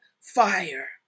fire